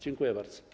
Dziękuję bardzo.